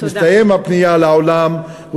מסתיימת הפנייה לעולם.